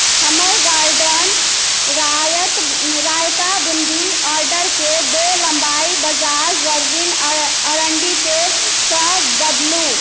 हमर गार्डन रायता बून्दी ऑर्डरकेँ दू लम्बाई बजाज वर्जिन अरण्डी तेलसँ बदलू